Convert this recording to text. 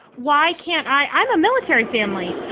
why can't i'm a military family,